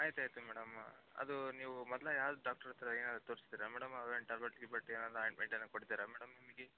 ಆಯ್ತು ಆಯ್ತು ಮೇಡಮ್ ಅದು ನೀವು ಮೊದ್ಲೆ ಯಾವ ಡಾಕ್ಟ್ರ್ ಹತ್ತಿರ ಏನಾದ್ರು ತೋರಿಸಿದ್ರಾ ಮೇಡಮ್ ಅವ್ರು ಏನಾರು ಟ್ಯಾಬ್ಲೆಟ್ ಗಿಬ್ಲೆಟ್ ಏನಾರು ಆಯಿಂಟ್ಮೆಂಟ್ ಕೊಟ್ಟಿದ್ದರಾ ಮೇಡಮ್ ನಿಮಗೆ